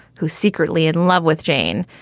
who secretly in love with jane.